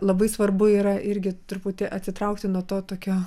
labai svarbu yra irgi truputį atsitraukti nuo to tokio